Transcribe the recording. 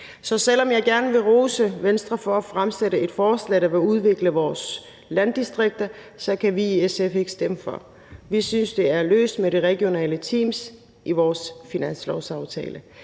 Så selv om jeg gerne vil rose Venstre for at fremsætte et forslag, der vil udvikle vores landdistrikter, kan vi i SF ikke stemme for. Vi synes, det er løst med de regionale teams i vores finanslovsaftale,